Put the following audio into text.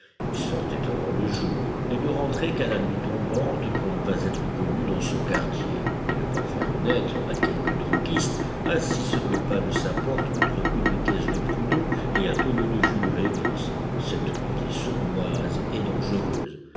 il sortait avant le jour et ne rentrait qu'à la nuit tombante pour ne pas être connu dans son quartier et ne pas faire naître à quelque droguiste assis sur le pas de sa porte entre une caisse de pruneaux et un tonneau de jus de réglisse cette idée sournoise et dangereuse